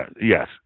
Yes